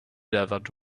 desert